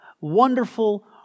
wonderful